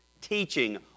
teaching